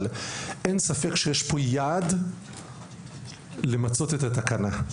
אבל אין ספק שיש פה יעד למצות את התקנה,